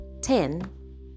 ten